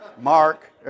Mark